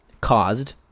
Caused